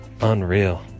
Unreal